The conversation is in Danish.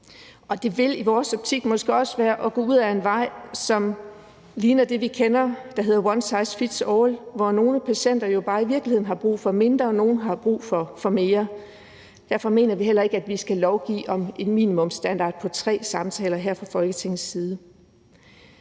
Det vil i vores optik måske også være at gå ud ad en vej, som ligner det, vi kender, som hedder one size fits all, hvor nogle patienter i virkeligheden jo har brug for mindre og nogle har brug for mere. Derfor mener vi heller ikke, at vi skal lovgive om en minimumsstandard på tre samtaler fra Folketingets side.